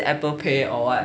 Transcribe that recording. apple pay or what